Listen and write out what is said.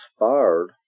inspired